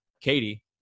katie